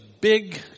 big